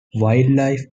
wildlife